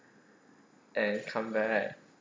and come back